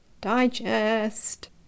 digest